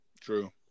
True